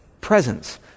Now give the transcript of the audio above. presence